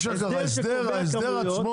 לא, ההסדר עצמו,